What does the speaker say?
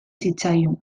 zitzaion